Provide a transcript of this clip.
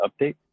update